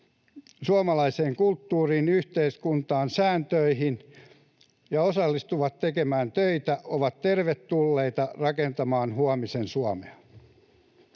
suomalaiseen kulttuuriin, yhteiskuntaan ja sääntöihin ja osallistuvat tekemään töitä, ovat tervetulleita rakentamaan huomisen Suomea.